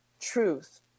truth